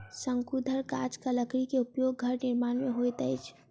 शंकुधर गाछक लकड़ी के उपयोग घर निर्माण में होइत अछि